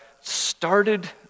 started